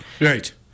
Right